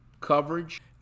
coverage